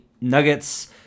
Nuggets